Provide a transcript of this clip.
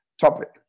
topic